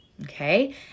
Okay